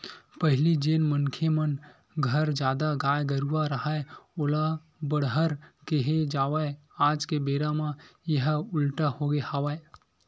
पहिली जेन मनखे मन घर जादा गाय गरूवा राहय ओला बड़हर केहे जावय आज के बेरा म येहा उल्टा होगे हवय